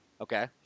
Okay